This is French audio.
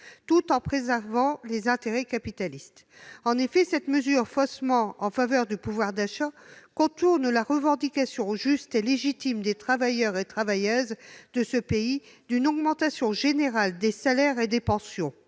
tout en préservant les intérêts capitalistes. En effet, cette mesure faussement en faveur du pouvoir d'achat contourne la revendication juste et légitime des travailleurs et travailleuses de ce pays d'une augmentation générale des salaires et des pensions.